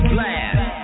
Blast